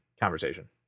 conversation